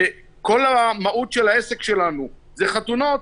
שכל המהות של העסק שלנו היא חתונות,